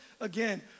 again